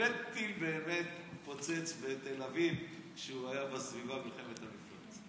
באמת טיל התפוצץ בתל אביב כשהוא היה בסביבה במלחמת המפרץ?